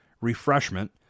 refreshment